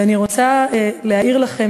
ואני רוצה להאיר לכם,